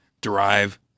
derive